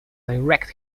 direct